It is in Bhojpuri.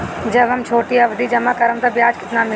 जब हम छोटी अवधि जमा करम त ब्याज केतना मिली?